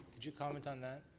could you comment on that?